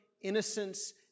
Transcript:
innocence